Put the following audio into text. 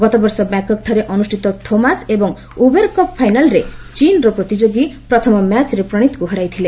ଗତବର୍ଷ ବ୍ୟାଙ୍କକ୍ଠାରେ ଅନୁଷ୍ଠିତ ଥୋମାସ୍ ଏବଂ ଉବେର୍ କପ୍ ଫାଇନାଲ୍ରେ ଚୀନ୍ର ପ୍ରତିଯୋଗୀ ପ୍ରଥମ ମ୍ୟାଚ୍ରେ ପ୍ରଣୀତ୍ଙ୍କୁ ହରାଇଥିଲେ